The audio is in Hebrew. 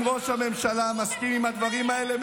אם ראש הממשלה מסכים לדברים האלה,